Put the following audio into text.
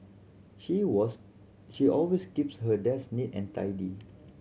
she was she always keeps her desk neat and tidy